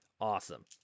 awesome